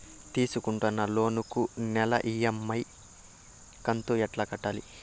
తీసుకుంటున్న లోను కు నెల ఇ.ఎం.ఐ కంతు ఎంత కట్టాలి?